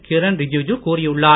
கிரண் ரிஜிஜூ கூறியுள்ளார்